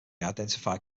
identified